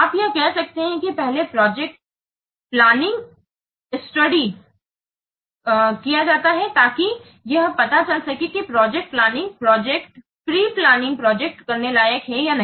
आप यह कह सकते हैं कि पहले प्रोजेक्ट प्रोजेक्ट प्लानिंग स्टडी किया जाता है ताकि यह पता चल सके कि प्रोजेक्ट प्लानिंग प्रोजेक्ट करने लायक है या नहीं